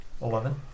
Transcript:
Eleven